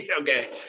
Okay